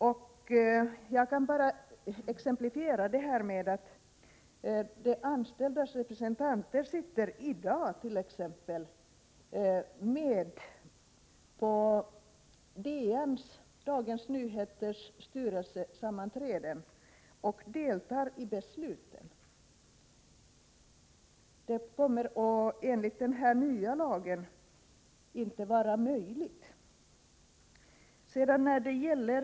Låt mig exemplifiera med Dagens Nyheters styrelse, där de anställdas representanter i dag sitter med på sammanträdena och deltar i besluten. Det kommer inte att vara möjligt enligt den nya lagen.